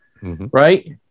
right